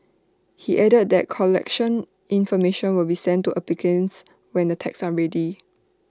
he added that collection information will be sent to applicants when the tags are ready